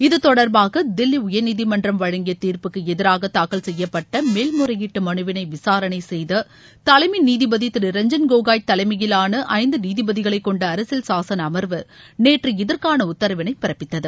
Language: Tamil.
இதுதொடர்பாக தில்வி உயர்நீதிமன்றம் வழங்கிய தீர்ப்புக்கு எதிராக தாக்கல் செய்யப்பட்ட மேல் முறையீட்டு மனுவினை விசாரணை செய்த தலைமை நீதிபதி திரு ரஞ்சன் கோகோய் தலைமையிலான ஐந்து நீதிபதிகளை கொண்ட அரசியல் சாசன அமர்வு நேற்று இதற்கான உத்தரவினை பிறப்பித்தது